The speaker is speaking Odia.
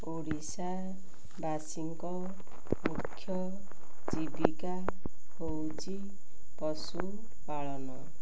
ଓଡ଼ିଶାବାସୀଙ୍କ ମୁଖ୍ୟ ଜୀବିକା ହେଉଛି ପଶୁପାଳନ